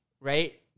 right